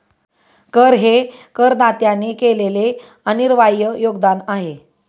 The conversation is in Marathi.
कर हे करदात्याने केलेले अनिर्वाय योगदान आहे